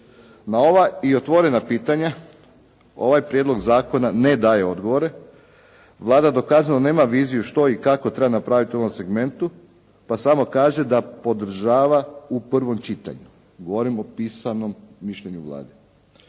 Na ova i otvorena pitanja ovaj prijedlog zakona ne daje odgovore. Vlada dokazano nema viziju što i kako treba napraviti u ovom segmentu, pa samo kaže da podržava u prvom čitanju. Govorim o pisanom mišljenju Vlade.